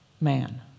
man